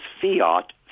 fiat